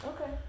Okay